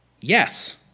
Yes